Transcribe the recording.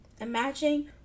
Imagine